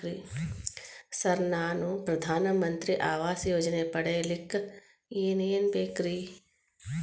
Sir ನಾನು ಪ್ರಧಾನ ಮಂತ್ರಿ ಆವಾಸ್ ಯೋಜನೆ ಪಡಿಯಲ್ಲಿಕ್ಕ್ ಏನ್ ಏನ್ ಬೇಕ್ರಿ?